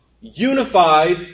unified